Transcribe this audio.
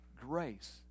grace